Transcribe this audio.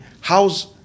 how's